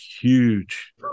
huge